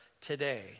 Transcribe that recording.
today